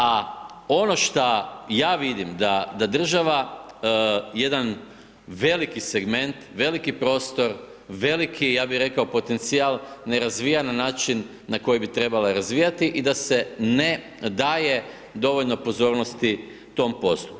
A ono šta ja vidim da država jedan veliki segment, veliki prostor, veliki ja bi rekao potencijal ne razvija na način na koji bi trebala razvijati i da se ne daje dovoljno pozornosti tom poslu.